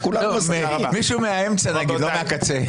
נגיד מישהו מהאמצע ולא מהקצה.